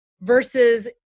versus